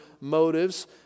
motives